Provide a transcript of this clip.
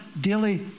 daily